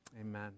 amen